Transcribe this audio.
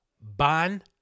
ban